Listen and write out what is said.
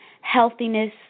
healthiness